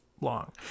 long